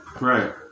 Right